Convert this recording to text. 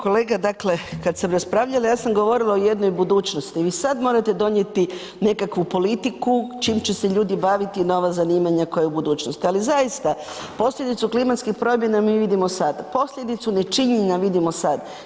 Kolega dakle kad sam raspravljala ja sam govorila o jednoj budućnosti, vi sad morate donijeti nekakvu politiku čim će se ljudi baviti i nova zanimanja koja u budućnosti, ali zaista posljedicu klimatskih promjena mi vidimo sada, posljedicu nečinjenja vidimo sad.